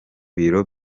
biro